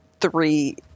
three